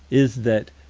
is that,